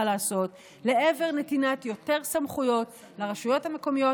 לעשות לעבר נתינת יותר סמכויות לרשויות המקומיות,